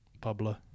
Pablo